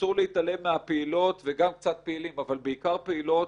אסור להתעלם מהפעילות וגם קצת פעילים אבל בעיקר פעילות,